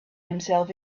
himself